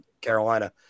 Carolina